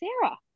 Sarah